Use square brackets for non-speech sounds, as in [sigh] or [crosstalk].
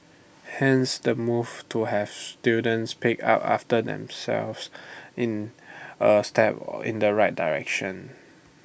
hence the move to have students pick up after themselves in A step [unintelligible] in the right direction